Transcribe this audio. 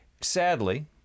sadly